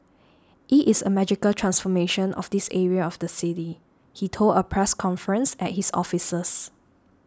it is a magical transformation of this area of the city he told a press conference at his offices